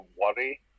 worry